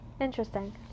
interesting